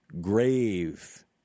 grave